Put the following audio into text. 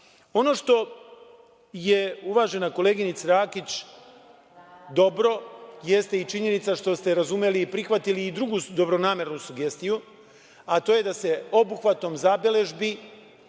što je uvažen koleginica Rakić, dobro, jeste i činjenica što ste razumeli i prihvatili i drugu dobronamernu sugestiju, a to je da se obuhvatom zabeležbi